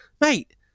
mate